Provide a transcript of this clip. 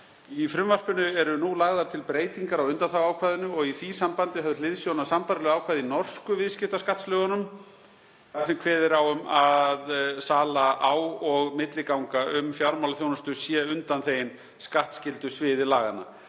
Í frumvarpinu eru nú lagðar til breytingar á undanþáguákvæðinu og í því sambandi höfð hliðsjón af sambærilegu ákvæði í norsku virðisaukaskattslögunum, þar sem kveðið er á um að sala á og milliganga um fjármálaþjónustu sé undanþegin skattskyldusviði laganna.